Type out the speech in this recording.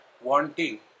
wanting